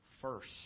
first